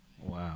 Wow